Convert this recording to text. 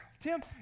Tim